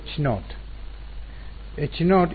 ವಿದ್ಯಾರ್ಥಿ ಹೆಚ್ ನಾಟ್